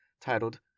Titled